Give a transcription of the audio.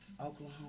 Oklahoma